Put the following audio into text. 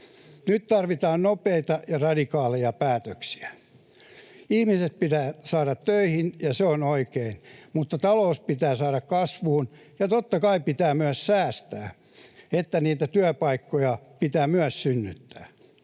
Nyt tarvitaan nopeita ja radikaaleja päätöksiä. Ihmiset pitää saada töihin, ja se on oikein, mutta talous pitää saada kasvuun, ja totta kai pitää myös säästää, että niitä työpaikkoja pitää myös synnyttää.